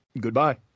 goodbye